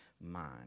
mind